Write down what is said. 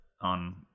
on